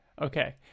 Okay